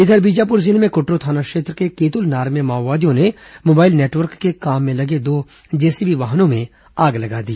इधर बीजापुर जिले में कुटरू थाना क्षेत्र के केतुलनार में माओवादियों ने मोबाइल नेटवर्क के काम में लगे दो जेसीबी वाहनों में आग लगा दी